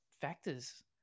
factors